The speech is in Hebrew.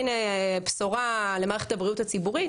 הנה בשורה למערכת הבריאות הציבורית.